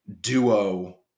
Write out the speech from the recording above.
duo